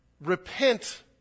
repent